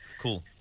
Cool